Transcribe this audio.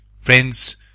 friends